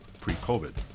pre-COVID